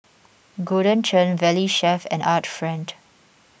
Golden Churn Valley Chef and Art Friend